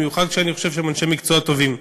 במיוחד כשאני חושב שהם אנשי מקצוע טובים.